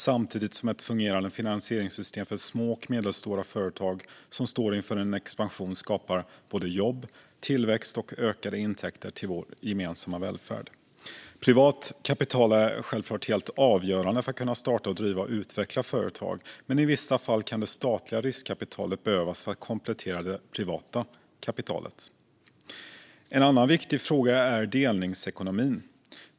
Samtidigt skapar ett fungerande finansieringssystem för små och medelstora företag som står inför en expansion jobb, tillväxt och ökade intäkter till vår gemensamma välfärd. Privat kapital är självklart helt avgörande för att man ska kunna starta, driva och utveckla företag. Men i vissa fall kan det statliga riskkapitalet behövas för att komplettera det privata kapitalet. En annan viktig fråga är delningsekonomin.